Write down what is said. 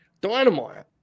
dynamite